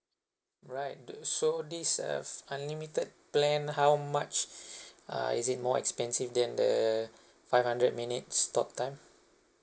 right the so this uh unlimited plan how much uh is it more expensive than the five hundred minutes talk time